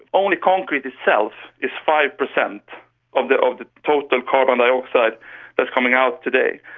only concrete itself is five percent of the of the total carbon dioxide that is coming out today.